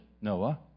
Noah